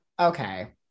okay